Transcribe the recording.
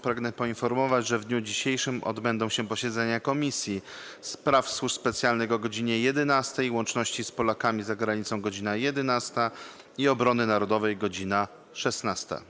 Pragnę poinformować, że w dniu dzisiejszym odbędą się posiedzenia Komisji: - do Spraw Służb Specjalnych - o godz. 11, - Łączności z Polakami za Granicą - o godz. 11, - Obrony Narodowej - o godz. 16.